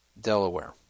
Delaware